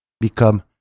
become